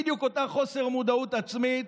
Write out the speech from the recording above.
בדיוק אותה חוסר מודעות עצמית,